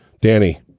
Danny